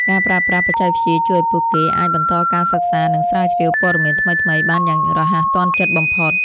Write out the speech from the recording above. ការប្រើប្រាស់បច្ចេកវិទ្យាជួយឱ្យពួកគេអាចបន្តការសិក្សានិងស្រាវជ្រាវព័ត៌មានថ្មីៗបានយ៉ាងរហ័សទាន់ចិត្តបំផុត។